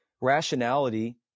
rationality